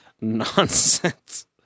nonsense